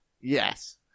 Yes